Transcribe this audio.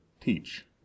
teach